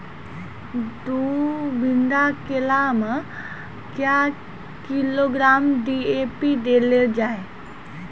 दू बीघा केला मैं क्या किलोग्राम डी.ए.पी देले जाय?